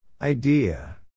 Idea